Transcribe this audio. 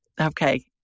Okay